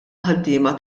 ħaddiema